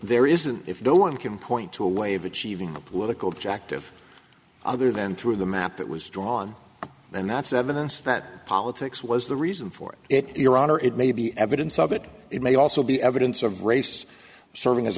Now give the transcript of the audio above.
there isn't if no one can point to a way of achieving a political objective other than through the map that was drawn and that's evidence that politics was the reason for it your honor it may be evidence of it it may also be evidence of race serving as